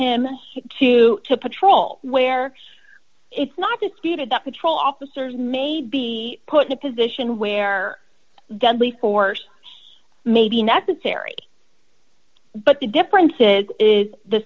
him to to patrol where it's not disputed that patrol officers may be put in a position where deadly force may be necessary but the difference it is the